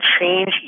change